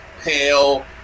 pale